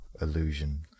illusion